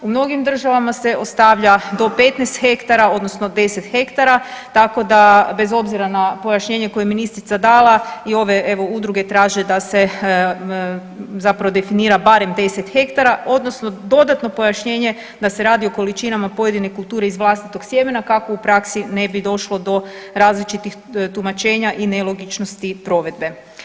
U mnogim državama se ostavlja do 15 hektara odnosno 10 hektara, tako da bez obzira na pojašnjenje koje je ministrica dala i ove evo udruge traže da se zapravo definira barem 10 hektara odnosno dodatno pojašnjenje da se radi o količinama pojedine kulture iz vlastitog sjemena kako u praksi ne bi došlo do različitih tumačenja i nelogičnosti provedbe.